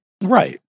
Right